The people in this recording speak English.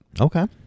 Okay